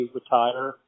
retire